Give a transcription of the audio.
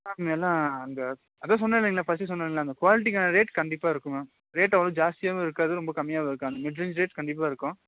ma'am எல்லாம் அங்கே அதுதான் சொன்னேனேங்கள்லே ஃபர்ஸ்டு சொன்னேன்லே அந்த குவாலிட்டிக்கான ரேட் கண்டிப்பாக இருக்குது மேம் ரேட் அவ்வளோ ஜாஸ்தியாகவும் இருக்காது ரொம்ப கம்மியாகவும் இருக்காது மிட்ரேஞ் ரேட் கண்டிப்பாக இருக்கும்